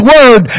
Word